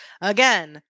Again